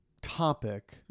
topic